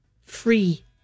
free